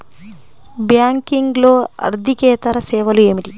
బ్యాంకింగ్లో అర్దికేతర సేవలు ఏమిటీ?